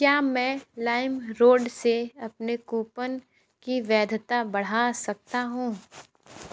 क्या मैं लाइमरोड से अपने कूपन की वैधता बढ़ा सकता हूँ